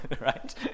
right